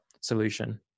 solution